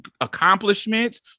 accomplishments